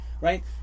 Right